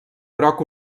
groc